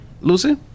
Lucy